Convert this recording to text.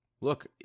Look